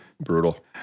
brutal